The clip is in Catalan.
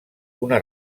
una